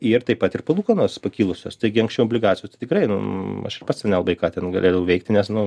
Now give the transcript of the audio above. ir taip pat ir palūkanos pakilusios taigi anksčiau obligacijų tai tikrai nu aš ir pats ten nelabai ką ten galėdavau veikti nes nu